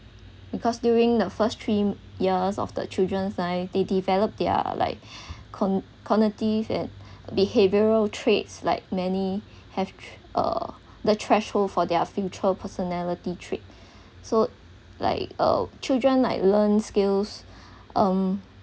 because during the first three years of the children time they develop their like cog~ cognitive and behavioural traits like many have uh the threshold for their future personality trait so like uh children like learn skills um